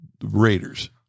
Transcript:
raiders